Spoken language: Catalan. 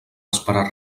esperar